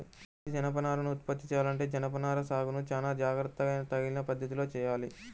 మంచి జనపనారను ఉత్పత్తి చెయ్యాలంటే జనపనార సాగును చానా జాగర్తగా తగిన పద్ధతిలోనే చెయ్యాలి